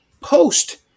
post